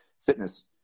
fitness